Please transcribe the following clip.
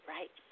Right